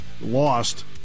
Lost